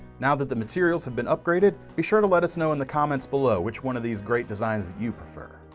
now that the materials have been upgraded be sure to let us know in the comments below which one of these great designs that you prefer.